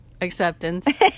acceptance